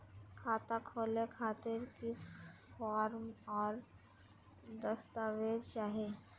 खाता खोले खातिर की की फॉर्म और दस्तावेज चाही?